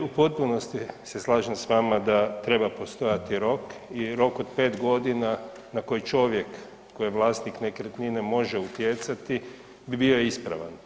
U potpunosti se slažem s vama da treba postojati rok i rok od pet godina na koji čovjek koji je vlasnik nekretnine može utjecati bi bio ispravan.